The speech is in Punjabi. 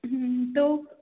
ਤੂੰ